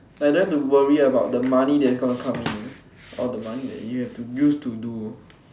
like don't have to worry about the money that's going come in all the money that you have to use to do